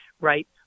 right